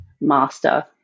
master